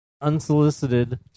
unsolicited